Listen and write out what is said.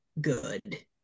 good